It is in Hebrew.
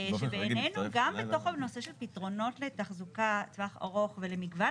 שבענינו גם בתוך הנושא של פתרונות לתחזוקה טווח ארוך ולמגוון